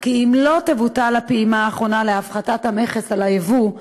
כי אם לא תבוטל הפעימה האחרונה להפחתת המכס על היבוא,